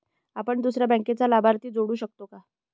आपण दुसऱ्या बँकेचा लाभार्थी जोडू शकतो का?